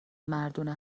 مردونه